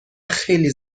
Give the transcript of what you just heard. خیلی